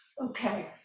Okay